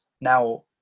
Now